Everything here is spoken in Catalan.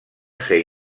ser